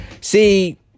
see